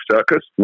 Circus